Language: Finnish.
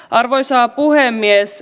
arvoisa puhemies